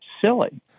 silly